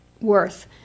worth